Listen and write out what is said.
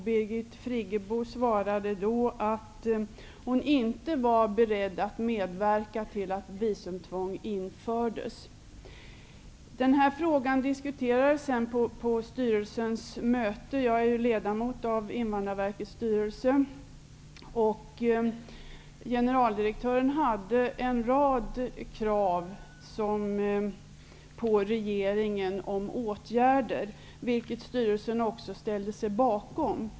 Birgit Friggebo svarade då att hon inte var beredd att medverka till att visumtvång infördes. Den här frågan diskuterades sedan på styrelsens möte. Jag är ledamot av Invandrarverkets styrelse. Generaldirektören hade en rad krav på regeringen om åtgärder, vilka styrelsen också ställde sig bakom.